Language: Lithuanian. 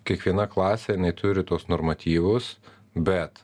kiekviena klasė jinai turi tuos normatyvus bet